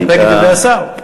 אתה מסתפק בדברי השר?